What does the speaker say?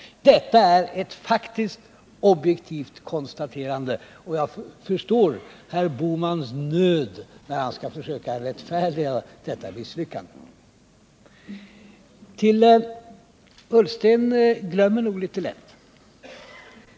Detta är ett faktiskt, objektivt konstaterande, och jag förstår herr Bohmans nöd när han skall försöka rättfärdiga detta misslyckande. Herr Ullsten glömmer nog litet lätt.